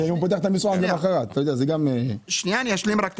אני אשלים את התהליך.